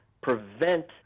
prevent